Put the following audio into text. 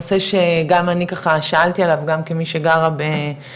נושא שגם אני ככה שאלתי עליו גם כמי שגרה ביישוב